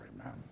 amen